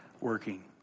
working